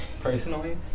personally